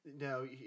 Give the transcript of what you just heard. No